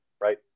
right